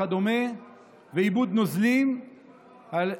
איבוד נוזלים וכדומה,